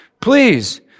Please